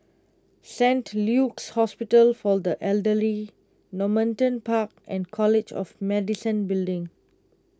Saint Luke's Hospital for the Elderly Normanton Park and College of Medicine Building